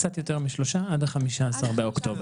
קצת יותר משלושה, עד ה-15 באוקטובר.